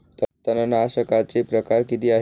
तणनाशकाचे प्रकार किती आहेत?